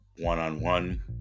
one-on-one